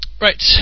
right